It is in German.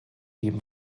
dem